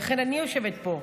ולכן אני יושבת פה,